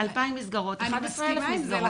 אני מסכימה עם זה.